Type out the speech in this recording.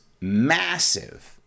massive